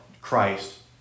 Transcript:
Christ